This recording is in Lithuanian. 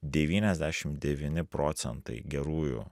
devyniasdešim devyni procentai gerųjų